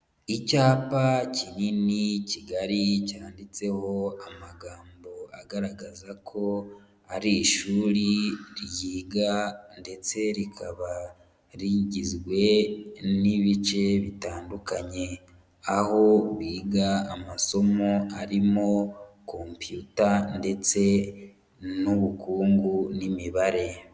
Icyapa kinini kigari cyanditseho amagambo agaragaza ko ari ishuri ryiga ndetse rikaba rigijwe n'ibice bitandukanye aho biga amasomo arimo computer ndetse n'ubukungu n'imibare.